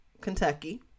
Kentucky